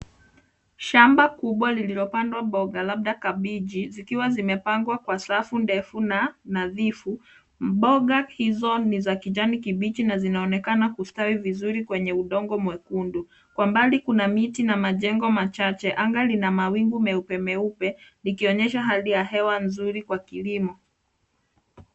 Shamba kubwa lililopandwa mboga labda kabeji zikiwa zimepangwa kwa safu ndefu na nadhifu. Mboga hizo ni za kijani kibichi na zinaonekana kustawi vizuri kwenye udongo mwekundu. Kwa mbali kuna miti na majengo machache. Anga lina mawingu meupe meupe likionyesha hali ya hewa nzuri kwa kilimo.